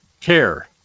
Care